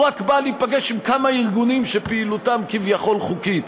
הוא רק בא להיפגש עם כמה ארגונים שפעילותם כביכול חוקית.